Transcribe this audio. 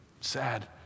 Sad